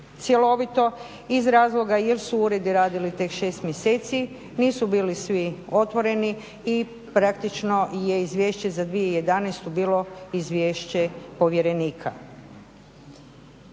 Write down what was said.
cjelovito iz razloga jer su uredi radili tek 6 mjeseci, nisu bili svi otvoreni i praktično je izvješće za 2011. bilo izvješće povjerenika.